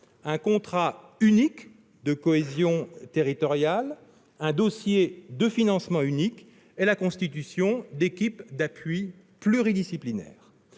un contrat unique de cohésion territoriale, un dossier de financement unique, et la constitution d'équipes d'appui pluridisciplinaires.